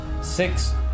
six